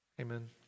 Amen